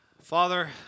Father